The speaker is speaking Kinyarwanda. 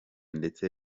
ndetse